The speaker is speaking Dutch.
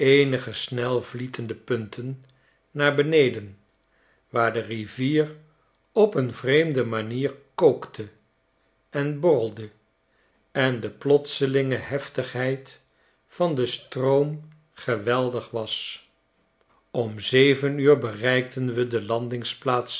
eenige snelvlietende punten naar beneden waar de rivier op een vreemde manier kookte en borrelde en de plotselinge heftigheid van den stroom geweldig was om zeven uur bereikten we de